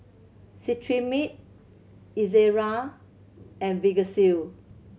Cetrimide Ezerra and Vagisil